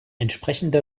entsprechende